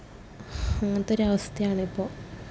അങ്ങനത്തൊരു അവസ്ഥയാണിപ്പോൾ